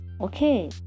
okay